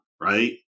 right